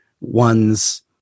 one's